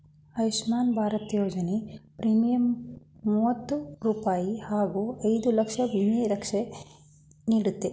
ಆಯುಷ್ಮಾನ್ ಭಾರತ ಯೋಜನೆಯ ಪ್ರೀಮಿಯಂ ಮೂವತ್ತು ರೂಪಾಯಿ ಹಾಗೂ ಐದು ಲಕ್ಷ ವಿಮಾ ರಕ್ಷೆ ನೀಡುತ್ತೆ